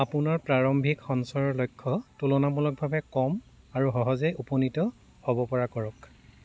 আপোনাৰ প্ৰাৰম্ভিক সঞ্চয়ৰ লক্ষ্য তুলনামূলকভাৱে কম আৰু সহজে উপনীত হ'ব পৰা কৰক